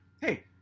hey